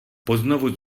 poznovu